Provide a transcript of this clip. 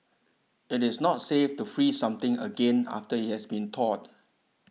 it is not safe to freeze something again after it has been thawed